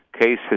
cases